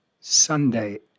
Sunday